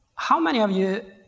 how many of you